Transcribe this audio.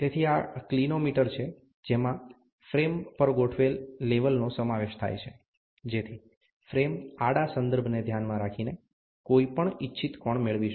તેથી આ ક્લિનોમીટર છે જેમાં ફ્રેમ પર ગોઠવેલ લેવલનો સમાવેશ થાય છે જેથી ફ્રેમ આડા સંદર્ભને ધ્યાનમાં રાખીને કોઈ પણ ઇચ્છિત કોણ મેળવી શકે